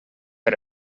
per